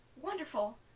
Wonderful